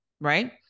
Right